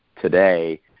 today